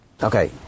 Okay